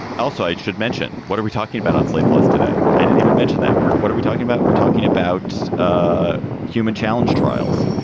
also, i should mention. what are we talking about on slate plus today? i didn't even mention that. what are we talking about? we're talking about ah human challenge trials.